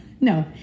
No